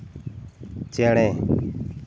ᱪᱮᱬᱮ